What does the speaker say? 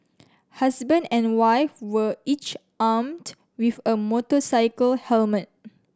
husband and wife were each armed with a motorcycle helmet